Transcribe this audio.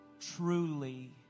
truly